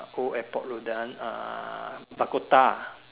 old airport road that one uh Dakota ah